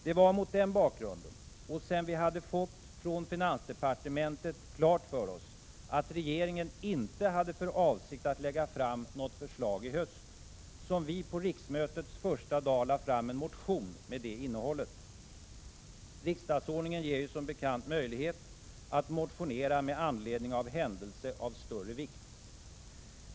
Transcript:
Det var mot den bakgrunden — och sedan vi, från finansdepartementet, fått klart för oss att regeringen inte hade för avsikt att lägga fram något förslag i höst — som vi på riksmötets första dag lade fram en motion med detta innehåll. Riksdagsordningen ger som bekant möjlighet att motionera ”med anledning av händelse av större vikt”.